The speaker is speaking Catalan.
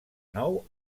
nou